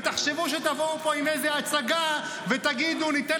ותחשבו שתבואו פה עם איזו הצגה ותגידו: ניתן